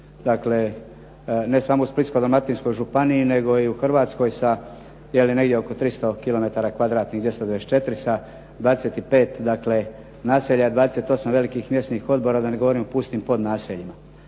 dakle ne samo u Splitsko-dalmatinskoj županiji, nego i u Hrvatskoj sa negdje oko 300 kilometara kvadratnih, 294 sa 25 naselja, 28 velikih mjesnih odbora, da ne govorim o pustim podnaseljima